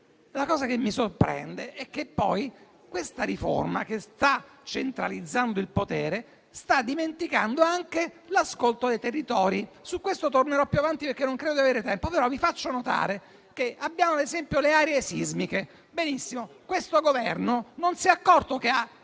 inoltre, il fatto che poi questa riforma che sta centralizzando il potere sta dimenticando anche l'ascolto dei territori. Su questo tornerò più avanti, perché non credo di avere tempo, però vi faccio notare che abbiamo, ad esempio, le aree sismiche. Questo Governo non si è accorto che ha